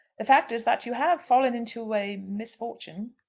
the fact is that you have fallen into a misfortune.